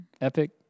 epic